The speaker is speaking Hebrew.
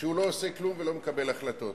שהוא לא עושה כלום ולא מקבל החלטות.